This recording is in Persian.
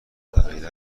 تغییر